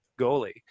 goalie